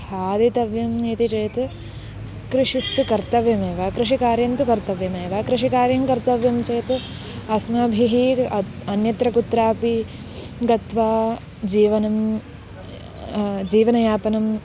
खादितव्यम् इति चेत् कृषिस्तु कर्तव्यमेव कृषिकार्यं तु कर्तव्यमेव कृषिकार्यं कर्तव्यं चेत् अस्माभिः अन्यत्र कुत्रापि गत्वा जीवनं जीवनयापनम्